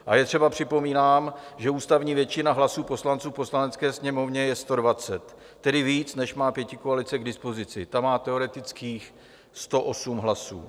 A je třeba připomínat, že ústavní většina hlasů poslanců v Poslanecké sněmovně je 120, tedy víc, než má pětikoalice k dispozici, ta má teoretických 108 hlasů.